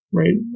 right